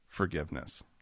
Forgiveness